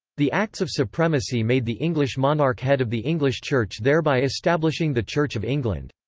the acts of supremacy made the english monarch head of the english church thereby establishing the church of england.